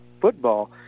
football